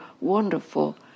wonderful